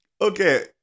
Okay